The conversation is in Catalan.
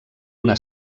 una